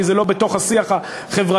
כי זה לא בתוך השיח החברתי,